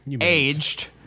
Aged